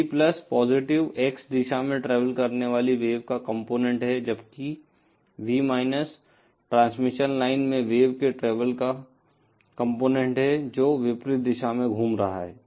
V positive x दिशा में travel करने वाली वेव का कॉम्पोनेन्ट है जबकि V ट्रांसमिशन लाइन में वेव के ट्रेवल का कॉम्पोनेन्ट है जो विपरीत दिशा में घूम रहा है